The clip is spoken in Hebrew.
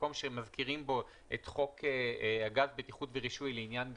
מקום שמזכירים בו את חוק הגז (בטיחות ורישוי) לעניין גפ"ם,